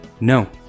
No